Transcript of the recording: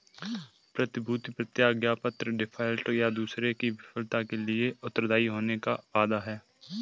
प्रतिभूति प्रतिज्ञापत्र डिफ़ॉल्ट, या दूसरे की विफलता के लिए उत्तरदायी होने का वादा है